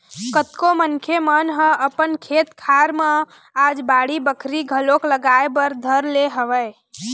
कतको मनखे मन ह अपन खेत खार मन म आज बाड़ी बखरी घलोक लगाए बर धर ले हवय